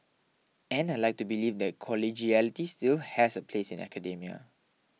and I'd like to believe that collegiality still has a place in academia